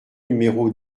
numéro